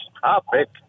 topic